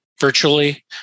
virtually